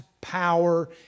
power